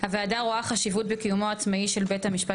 1. הוועדה רואה חשיבות בקיומו העצמאי של בית המשפט